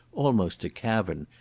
almost a cavern,